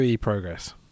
Progress